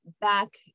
back